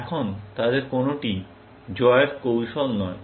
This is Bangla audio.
এখন তাদের কোনটিই জয়ের কৌশল নয়